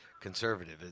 conservative